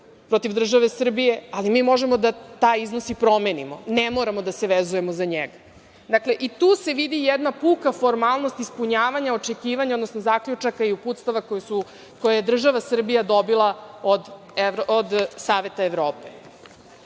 protiv države Srbije, ali mi možemo da taj iznos i promenimo. Ne moramo da se vezujemo za njega. Dakle, tu se vidi jedna puka formalnost ispunjavanja očekivanja, odnosno zaključaka i uputstava koje je država Srbija dobila od Saveta Evrope. Imali